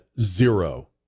zero